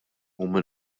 huma